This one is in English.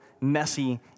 messy